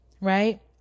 Right